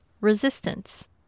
resistance